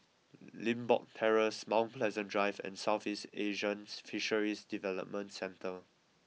Limbok Terrace Mount Pleasant Drive and Southeast Asian Fisheries Development Centre